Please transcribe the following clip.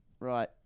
Right